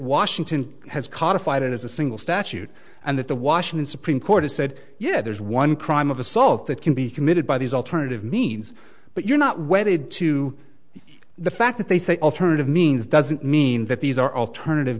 washington has codified it as a single statute and that the washington supreme court has said yeah there's one crime of assault that can be committed by these alternative means but you're not wedded to the fact that they say alternative means doesn't mean that these are alternative